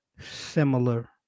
similar